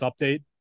update